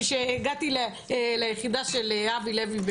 כשהגעתי ליחידה של אבי לוי,